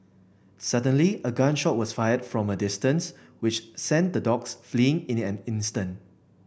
suddenly a gun shot was fired from a distance which sent the dogs fleeing in an instant